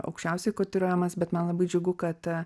aukščiausiai kotiruojamas bet man labai džiugu kad